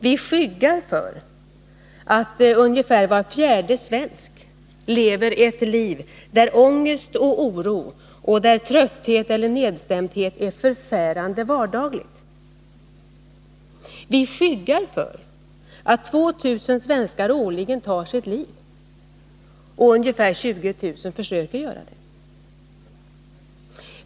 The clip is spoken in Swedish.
Vi skyggar för att ungefär var fjärde svensk lever ett liv där ångest, oro, trötthet eller nedstämdhet är förfärande vardagligt. Vi skyggar för att 2000 svenskar årligen tar sitt liv och ungefär 20 000 försöker göra det.